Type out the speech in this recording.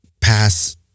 pass